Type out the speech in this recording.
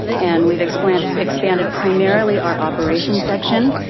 and we've expanded expanded primarily our operation section.